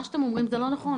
מה שאתם אומרים זה לא נכו,